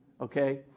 Okay